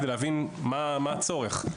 כדי להבין מה הצורך.